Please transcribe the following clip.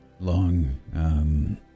long